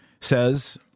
says